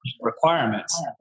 requirements